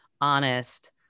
honest